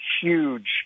huge